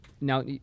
now